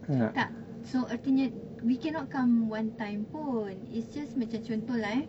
tak so ertinya we cannot come one time pun it's just macam contoh lah eh